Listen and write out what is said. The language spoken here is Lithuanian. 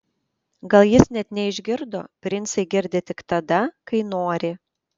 gal jis net neišgirdo princai girdi tik tada kai nori